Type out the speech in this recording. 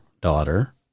daughter